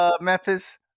Memphis